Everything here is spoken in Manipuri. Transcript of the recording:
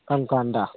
ꯀꯔꯝ ꯀꯥꯟꯗ